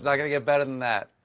yeah going to get better than that.